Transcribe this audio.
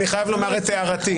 אני חייב לומר את הערתי.